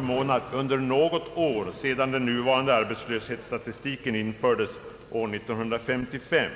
månad under något år sedan den nuvarande arbetslöshetsstatistiken infördes 1955.